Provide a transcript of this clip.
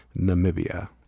Namibia